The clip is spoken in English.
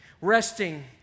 resting